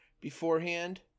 Beforehand